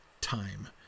time